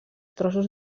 trossos